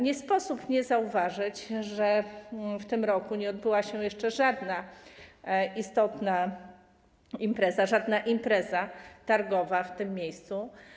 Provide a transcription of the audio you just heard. Nie sposób nie zauważyć, że w tym roku nie odbyła się jeszcze żadna istotna impreza targowa w tym miejscu.